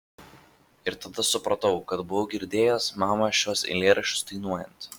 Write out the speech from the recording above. ir tada supratau kad buvau girdėjęs mamą šiuos eilėraščius dainuojant